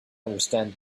understand